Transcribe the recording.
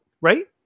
Right